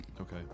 Okay